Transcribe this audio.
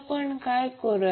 आपण काय करूया